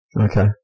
Okay